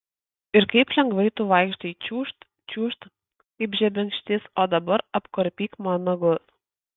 ir kaip lengvai tu vaikštai čiūžt čiūžt kaip žebenkštis o dabar apkarpyk man nagus